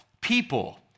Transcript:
people